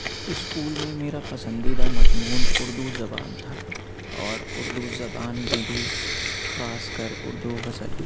school میں میرا پسندیدہ مضمون اُردو زبان تھا اور اُردو زبان میں بھی خاص کر اُردو غزل